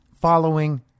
following